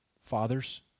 fathers